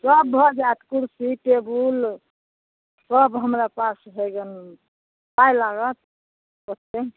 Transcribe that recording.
सब भऽ जाएत कुर्सी टेबुल सब हमरा पास हवे पाइ लागत